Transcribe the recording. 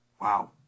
Wow